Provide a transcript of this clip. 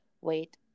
wait